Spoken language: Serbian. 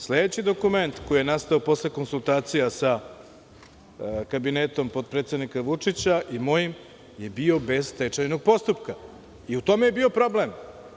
Sledeći dokument koji je nastao posle konsultacija sa kabinetom potpredsednika Vučića i mojim je bio bez stečajnog postupka i u tome je bio problem.